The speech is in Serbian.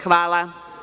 Hvala.